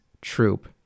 troop